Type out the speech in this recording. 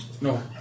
No